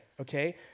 Okay